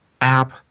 app